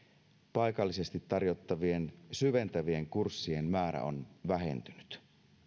paikallisesti tarjottavien syventävien kurssien määrä on vähentynyt